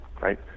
right